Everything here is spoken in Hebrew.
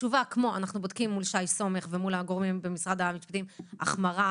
תשובה כמו אנחנו בודקים מול שי סומך ומול הגורמים במשרד המשפטים החמרה,